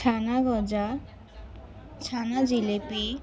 ছানা গজা ছানা জিলিপি